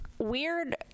weird